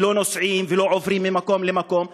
הם לא נוסעים ולא עוברים ממקום למקום.